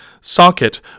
socket